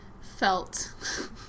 felt